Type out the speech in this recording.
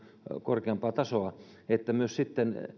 korkeampaa tasoa että